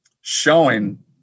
showing